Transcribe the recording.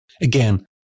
Again